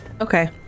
Okay